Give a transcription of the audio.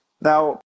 now